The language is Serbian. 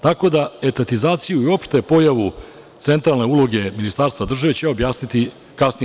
Tako da etatizaciju i uopšte pojavu centralne uloge ministarstva, države ću objasniti kasnije.